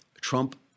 Trump